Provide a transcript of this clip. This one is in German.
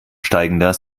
steigender